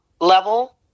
level